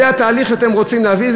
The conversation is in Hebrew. זה התהליך שאתם רוצים להביא,